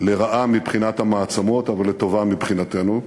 לרעה מבחינת המעצמות, אבל לטובה מבחינתנו.